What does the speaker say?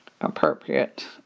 appropriate